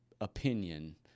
opinion –